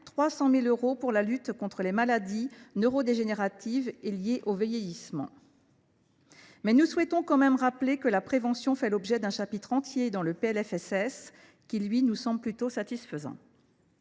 300 000 euros pour la lutte contre les maladies neurodégénératives et liées au vieillissement. Je tiens toutefois à rappeler que la prévention fait l’objet d’un chapitre entier dans le PLFSS, qui, lui, nous paraît plutôt satisfaisant.